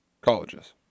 Colleges